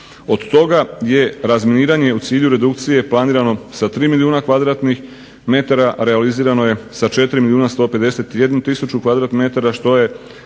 Od toga je razminiranje u cilju redukcije planirano sa 3 milijuna m2, a realizirano je sa 4 milijuna 151 tisuću m2, što je